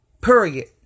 period